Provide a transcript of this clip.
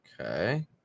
Okay